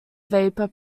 vapour